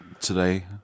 today